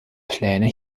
pläne